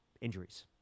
Injuries